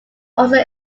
also